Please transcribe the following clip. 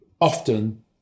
Often